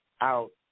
out